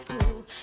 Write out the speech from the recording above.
cool